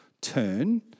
Turn